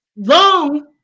long